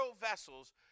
vessels